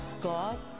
God